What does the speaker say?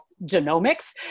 genomics